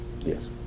Yes